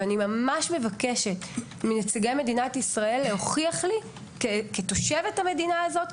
אני מבקשת מנציגי מדינת ישראל להוכיח לי כתושבת המדינה הזאת,